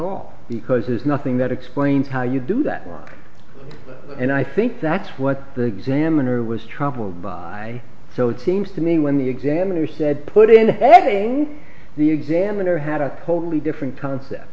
all because there's nothing that explains how you do that work and i think that's what the examiner was troubled by so it seems to me when the examiner said put in editing the examiner had a totally different concept